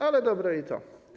Ale dobre i to.